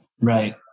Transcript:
Right